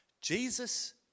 Jesus